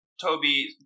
toby